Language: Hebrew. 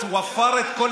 לא צריך, בחייך.)